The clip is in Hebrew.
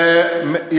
בהארכות מעצר,